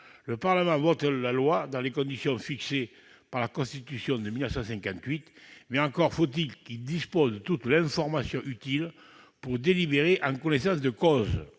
Le Parlement vote la loi, dans les conditions fixées par la Constitution de 1958, mais encore faut-il qu'il dispose de toute l'information utile pour délibérer en connaissance de cause.